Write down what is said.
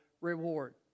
reward